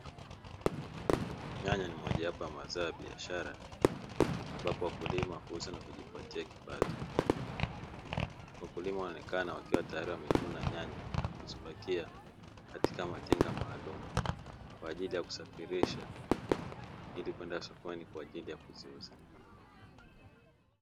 Nyanya ni mojawapo ya mazao ya biashara, ambapo wakulima huuza na kujipatia kipato. Wakulima wanaonekana wakiwa tayari wamevuna nyanya na kuzipakia katika matenga maalumu, kwa ajili ya kusafirisha ili kwenda sokoni kwa ajili ya kuziuza.